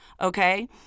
okay